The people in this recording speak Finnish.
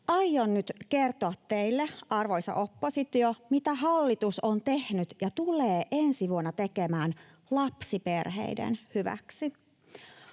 aion nyt kertoa teille, arvoisa oppositio, mitä hallitus on tehnyt ja tulee ensi vuonna tekemään lapsiperheiden hyväksi.